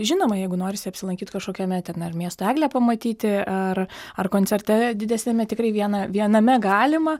žinoma jeigu norisi apsilankyt kažkokiame ten ar miesto eglę pamatyti ar ar koncerte didesniame tikrai vieną viename galima